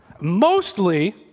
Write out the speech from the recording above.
mostly